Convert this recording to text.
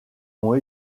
ont